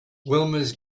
wilma’s